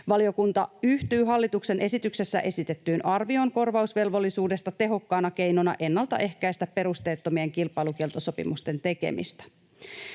Valiokunta yhtyy hallituksen esityksessä esitettyyn arvioon korvausvelvollisuudesta tehokkaana keinona ennaltaehkäistä perusteettomien kilpailukieltosopimusten tekemistä.